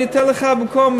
אני אתן לך במקום,